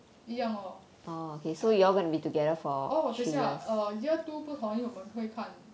一样 lor oh 等一下 year two 不同因为我们会看